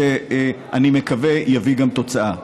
שאני מקווה שיביא גם תוצאה.